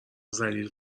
ذلیل